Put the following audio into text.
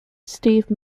steve